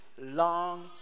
long